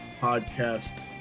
podcast